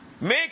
make